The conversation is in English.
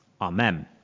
Amen